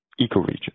ecoregion